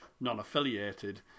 non-affiliated